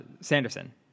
Sanderson